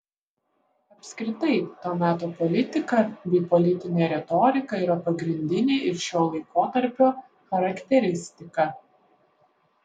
apskritai to meto politika bei politinė retorika yra pagrindinė ir šio laikotarpio charakteristika